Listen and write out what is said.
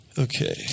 Okay